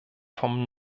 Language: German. vom